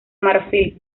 marfil